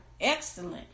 Excellent